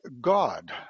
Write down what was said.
God